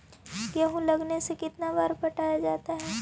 गेहूं लगने से कितना बार पटाया जाता है?